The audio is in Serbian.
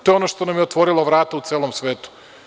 To je ono što nam je otvorilo vrata u celom svetu.